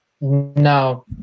No